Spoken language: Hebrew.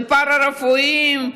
ופארה-רפואיים,